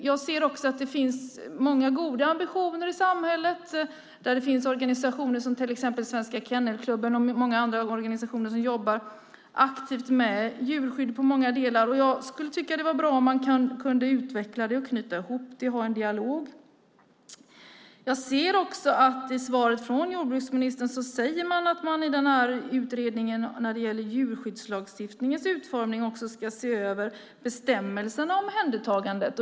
Jag ser också att det finns många goda ambitioner i samhället där det finns organisationer som till exempel Svenska Kennelklubben och många andra som jobbar aktivt med djurskydd i många delar. Jag skulle tycka att det vore bra om man kunde utveckla det, knyta ihop det och ha en dialog. Jag ser också i svaret från jordbruksministern att man säger att man i utredningen när det gäller djurskyddslagstiftningens utformning också ska se över bestämmelserna om omhändertagandet.